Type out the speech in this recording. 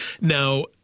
Now